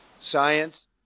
science